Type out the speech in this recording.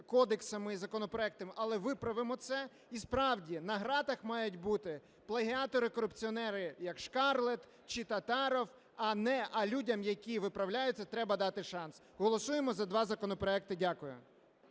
кодексами і законопроектами, але виправимо це. І, справді, на ґратах мають бути плагіатори-корупціонери, як Шкарлет чи Татаров, а не... а людям, які виправляються, треба дати шанс. Голосуємо за два законопроекти. Дякую.